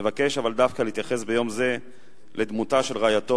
אבל אבקש להתייחס דווקא ביום זה לדמותה של רעייתו,